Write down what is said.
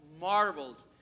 marveled